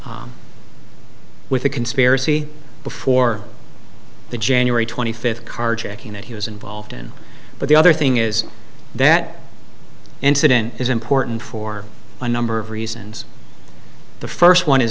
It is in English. with the conspiracy before the january twenty fifth carjacking that he was involved in but the other thing is that incident is important for a number of reasons the first one is